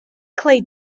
clay